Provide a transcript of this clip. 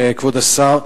כבוד השר,